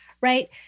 Right